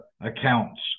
accounts